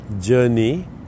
journey